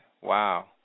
Wow